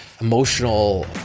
emotional